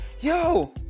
yo